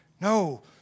No